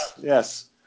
Yes